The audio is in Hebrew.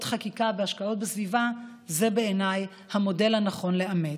חקיקה והשקעות בסביבה הוא בעיניי המודל הנכון לאמץ.